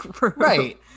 Right